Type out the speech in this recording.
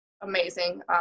amazing